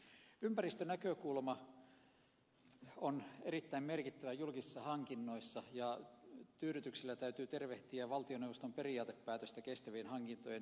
ympäristönäkökulma on erittäin merkittävä julkisissa hankinnoissa ja tyydytyksellä täytyy tervehtiä valtioneuvoston periaatepäätöstä kestävien hankintojen edistämisestä